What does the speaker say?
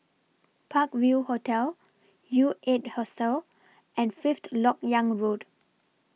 Park View Hotel U eight Hostel and Fifth Lok Yang Road